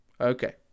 Okay